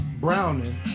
Browning